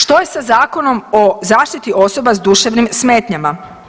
Što je sa Zakonom o zaštiti osoba s duševnim smetnjama?